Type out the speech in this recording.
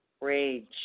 rage